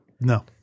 No